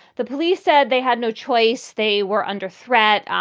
the police said they had no choice. they were under threat. um